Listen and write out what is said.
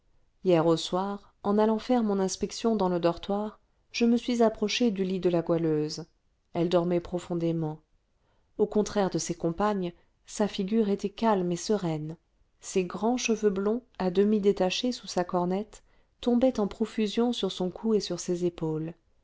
hier au soir en allant faire mon inspection dans le dortoir je me suis approchée du lit de la goualeuse elle dormait profondément au contraire de ses compagnes sa figure était calme et sereine ses grands cheveux blonds à demi détachés sous sa cornette tombaient en profusion sur son cou et sur ses épaules